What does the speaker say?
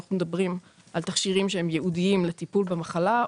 אנחנו מדברים על תכשירים שהם ייעודיים לטיפול במחלה,